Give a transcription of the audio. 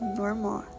normal